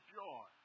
joy